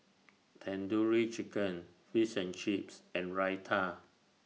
Tandoori Chicken Fish and Chips and Raita